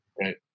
right